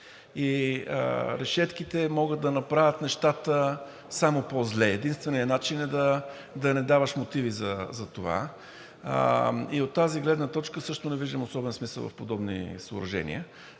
и решетките могат да направят нещата само по-зле. Единственият начин е да не даваш мотиви за това и от тази гледна точка също не виждам особен смисъл в подобни съоръжения,